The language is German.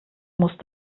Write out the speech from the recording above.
musst